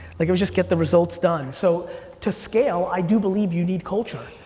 like it was just get the results done. so to scale, i do believe you need culture.